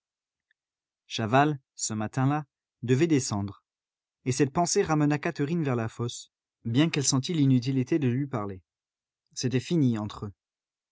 chaval ce matin-là devait descendre et cette pensée ramena catherine vers la fosse bien qu'elle sentît l'inutilité de lui parler c'était fini entre eux